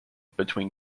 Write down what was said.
between